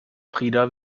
frida